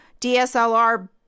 dslr